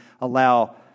allow